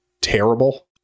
terrible